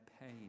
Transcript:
pain